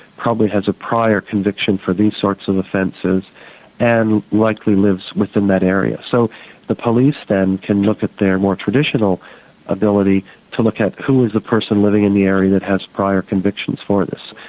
probably has a prior conviction for these sorts of offences and likely lives within that area. so the police then can look at their more traditional ability to look at who was the person living in the area who has prior convictions for this.